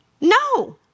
No